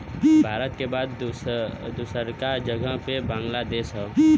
भारत के बाद दूसरका जगह पे बांग्लादेश हौ